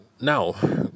now